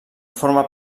forma